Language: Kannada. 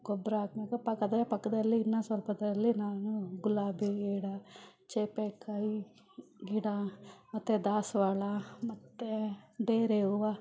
ಗೊಬ್ಬರ ಹಾಕ್ವಾಗ ಪಕ್ಕ ಅದರ ಪಕ್ಕದಲ್ಲೇ ಇನ್ನೂ ಸ್ವಲ್ಪದರಲ್ಲೇ ನಾನು ಗುಲಾಬಿ ಗಿಡ ಸೀಬೆ ಕಾಯಿ ಗಿಡ ಮತ್ತೆ ದಾಸವಾಳ ಮತ್ತೆ ಡೇರೆ ಹೂವು